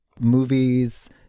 movies